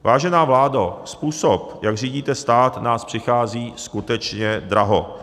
Vážená vládo, způsob, jak řídíte stát, nás přichází skutečně draho.